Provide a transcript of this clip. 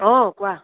অঁ কোৱা